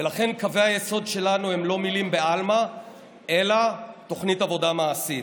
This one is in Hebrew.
ולכן קווי היסוד שלנו הם לא מילים בעלמא אלא תוכנית עבודה מעשית,